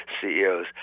CEOs